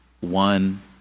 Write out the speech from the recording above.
one